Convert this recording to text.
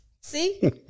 See